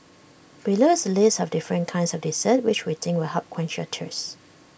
below is A list of different kinds of desserts which we think will help quench your thirst